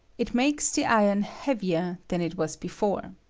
it makes the iron heavier than it was before.